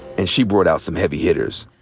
and she brought out some heavy hitters.